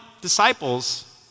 disciples